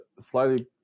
slightly